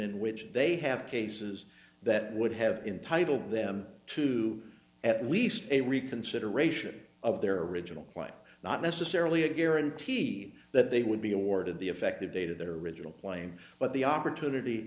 in which they have cases that would have entitle them to at least a reconsideration of their original plan not necessarily a guaranteed that they would be awarded the effective date of their original claim but the opportunity